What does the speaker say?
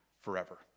forever